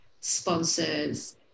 sponsors